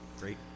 great